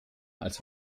als